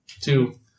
Two